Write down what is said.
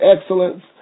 excellence